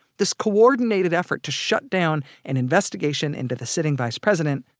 this coordinated effort to shutdown an investigation into the sitting vice president.